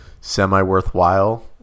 semi-worthwhile